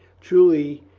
truly,